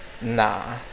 nah